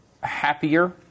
happier